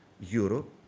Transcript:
Europe